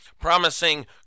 promising